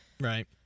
Right